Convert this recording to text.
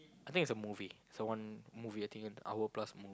I think it's a movie it's a one movie I think an hour plus more